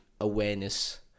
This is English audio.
awareness